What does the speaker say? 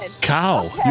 cow